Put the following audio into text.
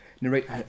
narrate